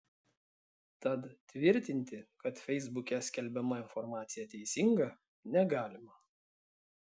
tad tvirtinti kad feisbuke skelbiama informacija teisinga negalima